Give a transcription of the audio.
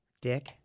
dick